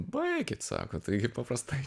baikit sako taigi paprastai